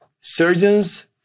surgeons